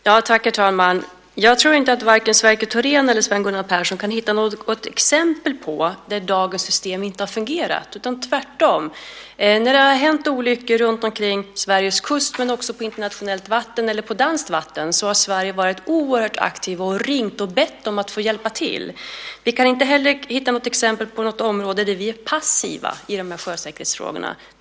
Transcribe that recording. Herr talman! Jag tror inte att vare sig Sverker Thorén eller Sven Gunnar Persson kan hitta något exempel där dagens system inte har fungerat, tvärtom. När olyckor har hänt runt Sveriges kust, men också på internationellt eller danskt vatten, har Sverige varit oerhört aktivt och ringt och bett om att få hjälpa till. Ni kan inte heller hitta exempel på något område där vi är passiva i dessa sjösäkerhetsfrågor.